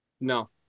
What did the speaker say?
No